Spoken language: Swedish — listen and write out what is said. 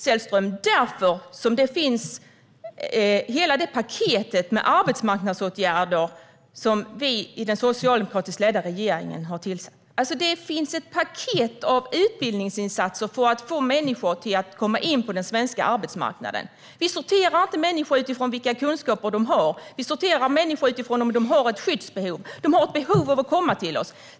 Det är därför, Sällström, det finns ett helt paket med arbetsmarknadsåtgärder som vi i den socialdemokratiskt ledda regeringen har tillsatt. Det finns ett paket av utbildningsinsatser för att få människor att komma in på den svenska arbetsmarknaden. Vi sorterar inte människor utifrån vilka kunskaper de har. Vi sorterar människor utifrån om de har ett skyddsbehov. De har ett behov av att komma till oss.